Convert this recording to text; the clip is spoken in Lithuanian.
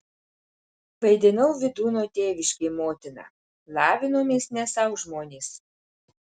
vaidinau vydūno tėviškėj motiną lavinomės ne sau žmonės